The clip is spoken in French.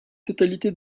totalité